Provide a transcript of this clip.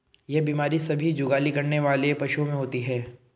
यह बीमारी सभी जुगाली करने वाले पशुओं में होती है